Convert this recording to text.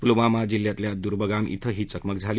पुलवामा जिल्ह्यातल्या दुर्वगाम इथं ही चकमक झाली